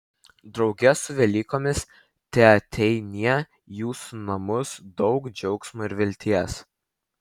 drauge su velykomis teateinie į jūsų namus daug džiaugsmo ir vilties